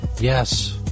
yes